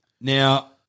Now